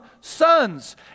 sons